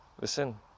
listen